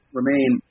remain